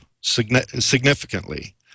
significantly